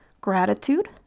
gratitude